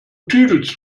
tüdelst